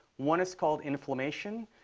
one is called inflammation.